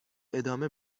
ادامه